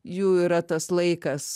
jų yra tas laikas